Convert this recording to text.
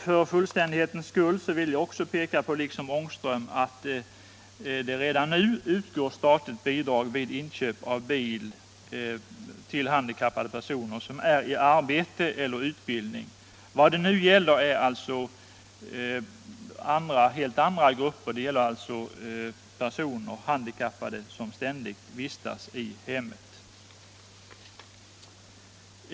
För fullständighetens skull vill jag liksom herr Ångström peka .på att det redan nu utgår statliga bidrag till handikappade personer i arbete eller under utbildning för inköp av bil. Vad det nu gäller är helt andra grupper, dvs. handikappade som ständigt vistas i hemmet.